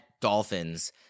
Dolphins